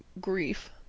grief